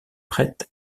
prête